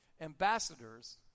Ambassadors